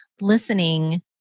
listening